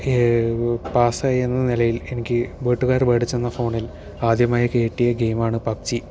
പാസ്സായി എന്ന നിലയിൽ എനിക്ക് വീട്ടുകാർ മേടിച്ചു തന്ന ഫോണിൽ ആദ്യമായി കയറ്റിയ ഗെയിം ആണ് പബ്ജി